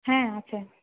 হ্যাঁ আছে